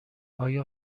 آیا